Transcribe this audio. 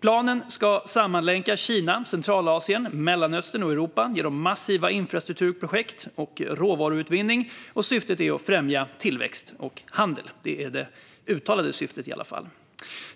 Planen ska sammanlänka Kina, Centralasien, Mellanöstern och Europa genom massiva infrastrukturprojekt och råvaruutvinning. Syftet är att främja tillväxt och handel; det är i alla fall det uttalade syftet.